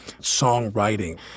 songwriting